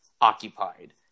occupied